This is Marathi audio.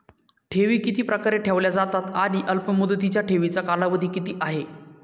ठेवी किती प्रकारे ठेवल्या जातात आणि अल्पमुदतीच्या ठेवीचा कालावधी किती आहे?